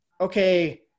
okay